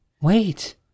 Wait